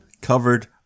Covered